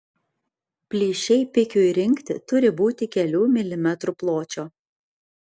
plyšiai pikiui rinkti turi būti kelių milimetrų pločio